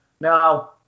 now